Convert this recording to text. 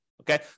Okay